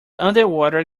underwater